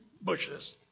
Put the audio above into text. bushes